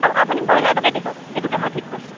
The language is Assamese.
আ আপুনি বইলাৰটোকে দিব সেইটোকে মই ঠিক কৰিছোঁ